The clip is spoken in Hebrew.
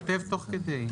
אני כותב תוך כדי.